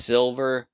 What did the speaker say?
Silver